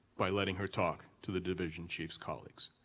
by letting her talk to the division chief s colleagues.